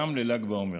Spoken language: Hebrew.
גם לל"ג בעומר.